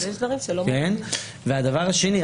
הדבר השני,